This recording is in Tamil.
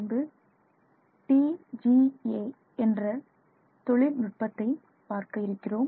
பின்பு TGA என்ற தொழில் நுட்பத்தை பார்க்க இருக்கிறோம்